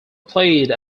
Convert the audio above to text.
played